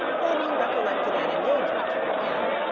then he recollected an engagement and,